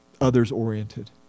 others-oriented